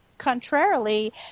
contrarily